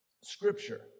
scripture